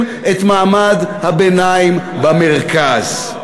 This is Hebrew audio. לשים את מעמד הביניים במרכז,